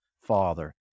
Father